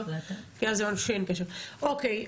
אוקיי,